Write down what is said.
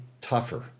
tougher